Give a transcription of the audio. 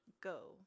Go